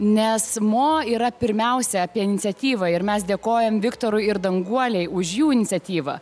nes mo yra pirmiausia apie iniciatyvą ir mes dėkojam viktorui ir danguolei už jų iniciatyvą